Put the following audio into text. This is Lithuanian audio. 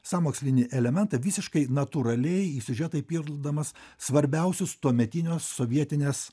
sąmokslinį elementą visiškai natūraliai į siužetai įpildamas svarbiausius tuometinio sovietinės